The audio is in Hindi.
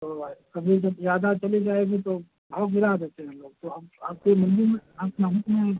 कभी जब ज़्यादा चली जाएगी तो भाव गिरा देते हैं हम लोग तो हम आपके मंडी में आप गेहूँ के